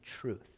truth